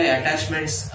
attachments